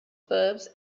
verbs